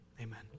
amen